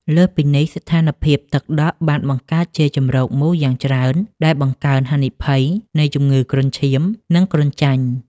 លើសពីនេះ ស្ថានភាពទឹកដក់បានបង្កើតជាជម្រកមូសយ៉ាងច្រើន ដែលបង្កើនហានិភ័យនៃជំងឺគ្រុនឈាម និងគ្រុនចាញ់។